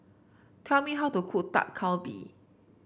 tell me how to cook Dak Galbi